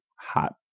hot